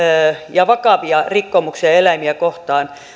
ja vakavia rikkomuksia eläimiä kohtaan